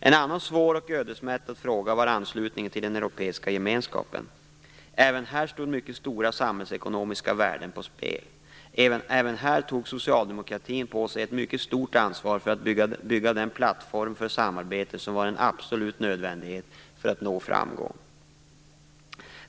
En annan svår och ödesmättad fråga var anslutningen till den europeiska gemenskapen. Även här stod mycket stora samhällsekonomiska värden på spel. Även här tog socialdemokratin på sig ett mycket stort ansvar för att bygga den plattform för samarbete som var en absolut nödvändighet för att nå framgång.